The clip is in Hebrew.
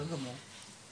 בסדר גמור.